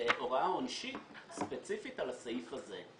זה הוראה עונשית ספציפית על הסעיף הזה.